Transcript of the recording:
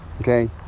okay